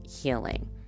healing